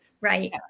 Right